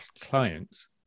clients